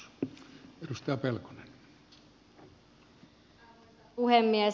arvoisa puhemies